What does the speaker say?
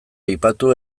aipatu